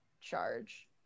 charge